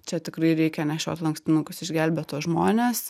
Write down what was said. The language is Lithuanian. čia tikrai reikia nešiot lankstinukus išgelbėt tuos žmones